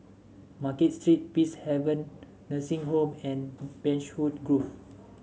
Market Street Peacehaven Nursing Home and Beechwood Grove